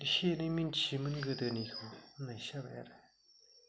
इसे एनै मोनथियोमोन गोदोनिखौ होननायसो जाबाय आरो